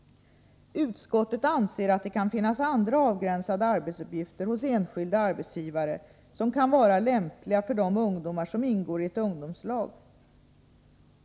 Utskottet anser att det kan finnas andra avgränsade arbetsuppgifter hos enskilda arbetsgivare som kan vara lämpliga för de ungdomar som ingår i ett ungdomslag.